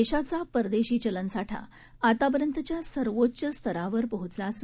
देशाचा परदेशी चलन साठा आतापर्यंतच्या सर्वोच्च स्तरावर पोहोचला आहे